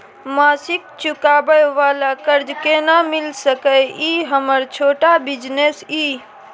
मासिक चुकाबै वाला कर्ज केना मिल सकै इ हमर छोट बिजनेस इ?